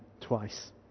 twice